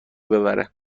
ببره